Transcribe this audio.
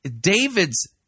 David's